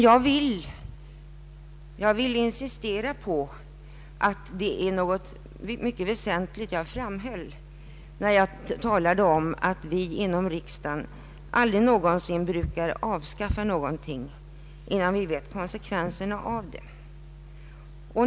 Jag vill dock upprepa att det var något mycket väsentligt jag framhöll när jag sade att riksdagen aldrig någonsin brukar avskaffa någonting, innan man vet konsekvenserna av det.